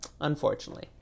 unfortunately